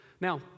Now